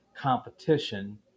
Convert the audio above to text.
competition